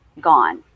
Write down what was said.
gone